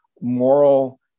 moral